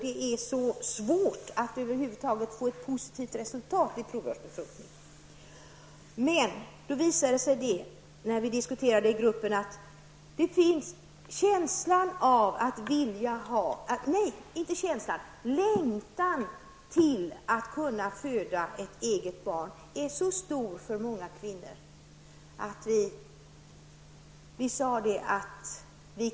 Det är dessutom svårt att över huvud taget få positiva resultat när det gäller provrörsbefrukning. Men vi har haft gruppdiskussioner om dessa saker, och då framkom det att längtan att få föda ett eget barn är mycket stark hos många kvinnor. Därför kan vi inte förbjuda provrörsbefrukning.